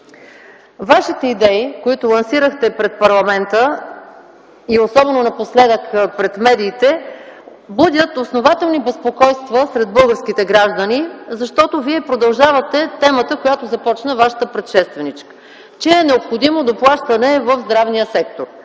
Вашите идеи, които лансирахте пред парламента, и особено напоследък – пред медиите, будят основателни безпокойства сред българските граждани, защото Вие продължавате темата, която започна Вашата предшественичка, че е необходимо доплащане в здравния сектор.